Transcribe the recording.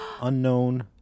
unknown